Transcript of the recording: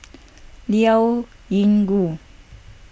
Liao Yingru